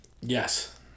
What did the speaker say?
Yes